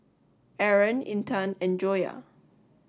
Aaron Intan and Joyah